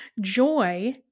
Joy